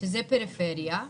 שזה פריפריה,